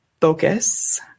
Focus